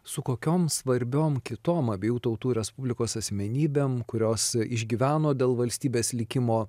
su kokiom svarbiom kitom abiejų tautų respublikos asmenybėm kurios išgyveno dėl valstybės likimo